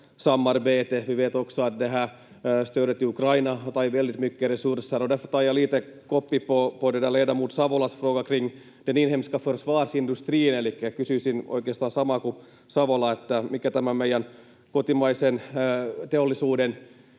Nato-samarbetet. Vi vet också att stödet till Ukraina har tagit väldigt mycket resurser, och därför tar jag lite ”koppi” på ledamot Savolas fråga kring den inhemska försvarsindustrin. Elikkä kysyisin oikeastaan samaa kuin Savola, että mikä meidän kotimaisen teollisuuden